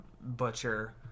Butcher